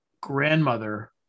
grandmother